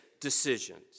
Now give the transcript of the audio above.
decisions